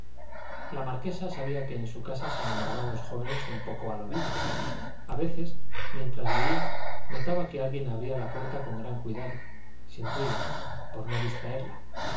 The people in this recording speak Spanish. la marquesa sabía que en su casa se enamoraban los jóvenes un poco a lo vivo a veces mientras leía notaba que alguien abría la puerta con gran cuidado sin ruido por no distraerla